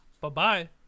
Bye-bye